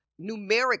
numeric